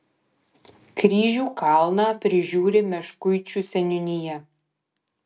kryžių kalną prižiūri meškuičių seniūnija